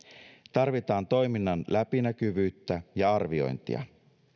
tarvitaan toiminnan läpinäkyvyyttä ja arviointia